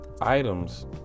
items